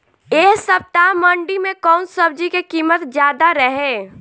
एह सप्ताह मंडी में कउन सब्जी के कीमत ज्यादा रहे?